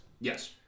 Yes